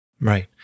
Right